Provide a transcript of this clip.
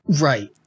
Right